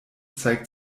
zeigt